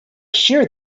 shear